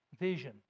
vision